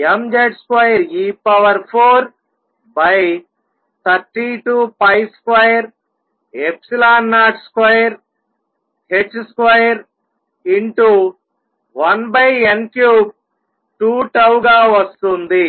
mZ2e432202h21n32τ గా వస్తుంది